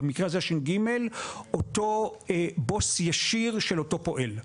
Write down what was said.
במקרה הזה הש"ג הוא אותו בוס ישיר של אותו פועל,